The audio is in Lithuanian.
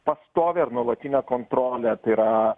pastovią ir nuolatinę kontrolę tai yra